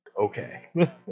okay